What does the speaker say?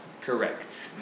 Correct